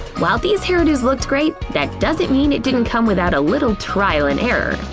while these hairdos looked great, that doesn't mean it didn't come without a little trial and error.